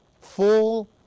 full